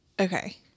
Okay